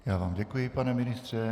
Já vám děkuji, pane ministře.